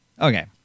Okay